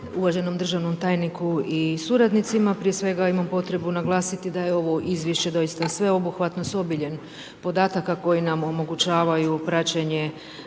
uvaženom državnom tajniku i suradnicima, prije svega imam potrebu naglasiti da je ovo izvješće doista sveobuhvatno s obiljem podataka koji nam omogućavaju praćenje